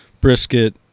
brisket